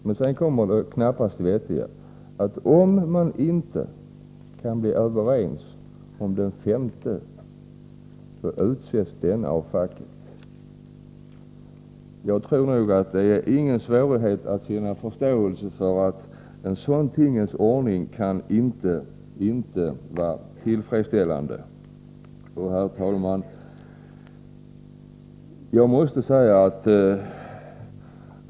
Men sedan kommer det knappast vettiga, nämligen att om man inte kan bli överens om den femte, utses denne av facket. Det är lätt att förstå att en sådan tingens ordning inte kan tyckas vara tillfredsställande. Herr talman!